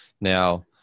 Now